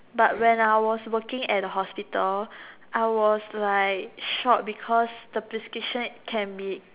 but when I was working at the hospital I was like shocked because the prescription can be